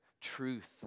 truth